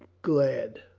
glad.